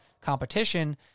competition